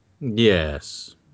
Yes